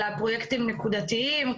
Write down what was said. אלא פרויקטים נקודתיים,